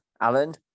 Alan